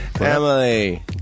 Emily